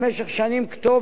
שלא באשמתם.